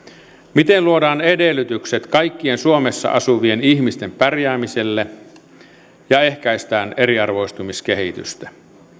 miten luodaan edellytykset kaikkien suomessa asuvien ihmisten pärjäämiselle ja ehkäistään eriarvoistumiskehitystä